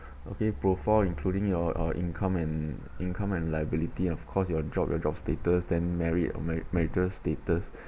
okay profile including your uh income and income and liability of course your job your job status then married ma~ marital status